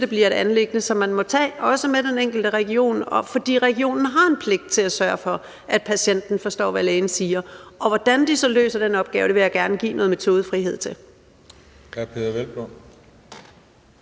det bliver et anliggende, som man må tage med den enkelte region – for regionen har en pligt til at sørge for, at patienten forstår, hvad lægen siger. Og hvordan de så løser den opgave, vil jeg gerne give noget metodefrihed til.